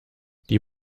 die